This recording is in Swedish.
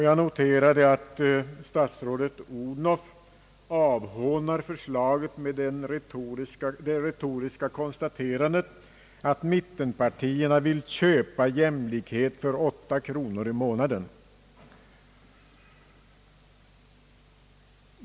Jag noterade att statsrådet Odhnoff avhånade förslaget med det retoriska konstaterandet att mittenpartierna vill köpa jämlikhet för § kronor i månaden.